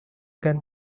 can